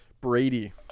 Brady